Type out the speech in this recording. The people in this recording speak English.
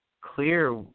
clear